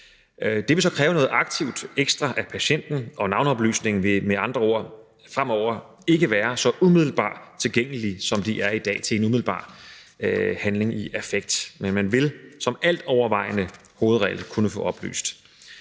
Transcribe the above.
Det vil så kræve noget aktivt ekstra af patienten; navneoplysningerne vil med andre ord fremover ikke være så umiddelbart tilgængelige, som de er i dag, til en umiddelbar handling i affekt. Men man vil som altovervejende hovedregel kunne få det oplyst.